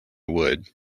would